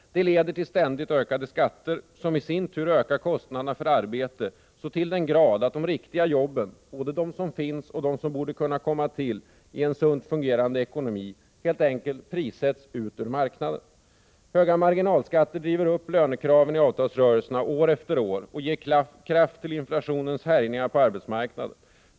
Det leder till stora ständigt ökade skatter som i sin tur ökar kostnaderna för arbete så till den grad att de riktiga jobben, både de som finns och de som borde komma till i en sunt fungerande ekonomi, helt enkelt prissätts ut ur marknaden. Höga marginalskatter driver upp lönekraven i avtalsrörelserna år efter år och ger kraft till inflationens härjningar på arbetsmarknaden.